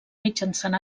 mitjançant